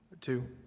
Two